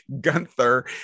Gunther